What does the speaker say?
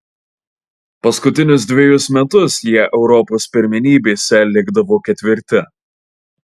paskutinius dvejus metus jie europos pirmenybėse likdavo ketvirti